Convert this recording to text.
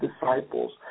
disciples